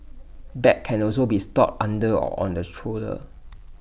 bags can also be stored under or on the stroller